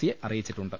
C യെ അറിയിച്ചിട്ടുണ്ട്